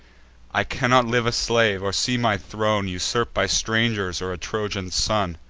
i cannot live a slave, or see my throne usurp'd by strangers or a trojan son.